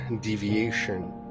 deviation